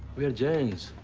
we are jains.